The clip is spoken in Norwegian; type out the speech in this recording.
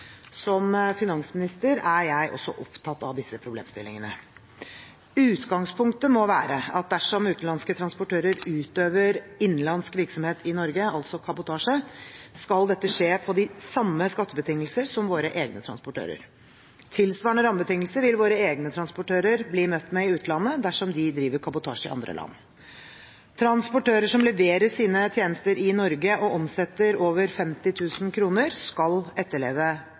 Som finansminister er jeg også opptatt av disse problemstillingene. Utgangspunktet må være at dersom utenlandske transportører utøver innenlandsk virksomhet i Norge, altså kabotasje, skal dette skje på de samme skattebetingelsene som våre egne transportører. Tilsvarende rammebetingelser vil våre egne transportører bli møtt med i utlandet dersom de driver kabotasje i andre land. Transportører som leverer sine tjenester i Norge og omsetter over 50 000 kr, skal etterleve